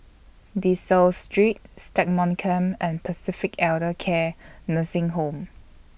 De Souza Street Stagmont Camp and Pacific Elder Care Nursing Home